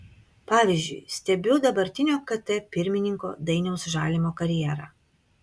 pavyzdžiui stebiu dabartinio kt pirmininko dainiaus žalimo karjerą